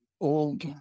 old